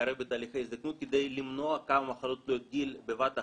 להתערב בתהליכי ההזדקנות כדי למנוע כמה מחלות תלויות גיל בבת אחת,